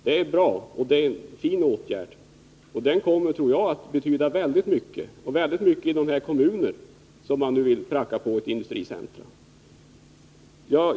Det är en bra sak, som jag tror kommer att betyda mycket för de kommuner som man nu vill pracka på ett industricentrum.